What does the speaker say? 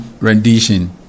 rendition